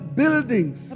buildings